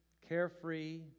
carefree